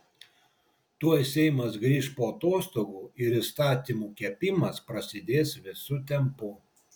tuoj seimas grįš po atostogų ir įstatymų kepimas prasidės visu tempu